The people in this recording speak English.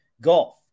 golf